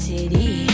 City